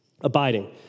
Abiding